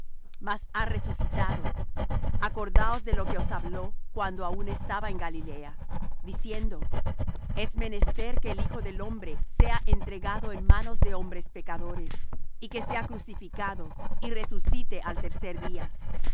mas ha resucitado acordaos de lo que os habló cuando aun estaba en galilea diciendo es menester que el hijo del hombre sea entregado en manos de hombres pecadores y que sea crucificado y resucite al tercer día